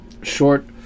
short